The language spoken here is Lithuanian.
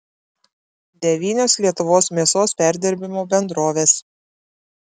devynios lietuvos mėsos perdirbimo bendrovės